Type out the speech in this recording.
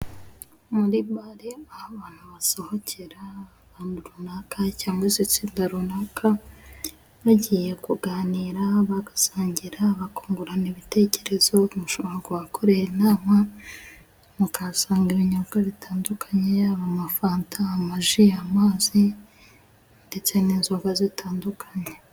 Muri bare aho abantu basohokera, ahantu runaka cyangwa se itsinda runaka, bagiye kuganira, bagasangira, bakungurana ibitekerezo. Mushobora no kuhakorera inama mukahasanga ibinyobwa bitandukanye. Yaba amafanta, amaji, amazi ndetse n'inzoga zitandukanye.